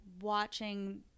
watching